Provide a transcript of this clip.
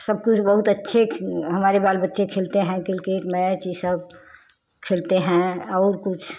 सब कुछ बहुत अच्छे हमारे बाल बच्चे खेलते हैं किरकेट मैच उ सब खेलते हैं और कुछ